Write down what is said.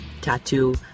tattoo